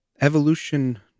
evolution